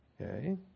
Okay